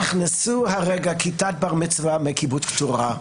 בבקשה, נכנסו הרגע כיתת בר מצווה מקיבוץ קטורה.